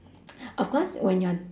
of course when you're